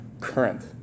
current